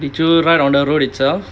did you ride on the road itself